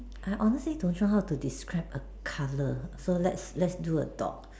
I honestly don't know how to describe a colour so let's let's draw a dog